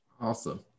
awesome